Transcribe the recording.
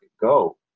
go